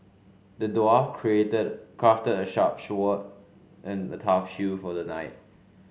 the dwarf crafted a sharp and a tough shield for the knight